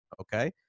Okay